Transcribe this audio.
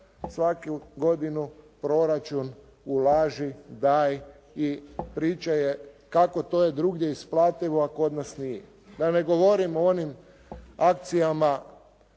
svaku godinu proračun ulaži, daj i priča je kako to je drugdje isplativo, a kod nas nije. Da ne govorim o onim akcijama